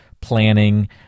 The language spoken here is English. planning